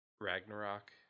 ragnarok